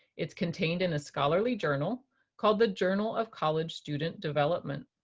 it's contained in a scholarly journal called the journal of college student development.